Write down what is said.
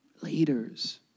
leaders